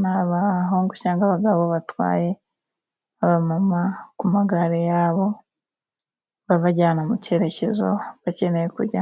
ni abahungu cyangwa abagabo batwaye aba mama ku magare yabo babajyana mu cyerekezo bakeneye kujyamo.